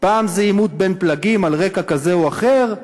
פעם זה עימות בין פלגים על רקע כזה או אחר.